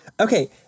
Okay